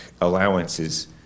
allowances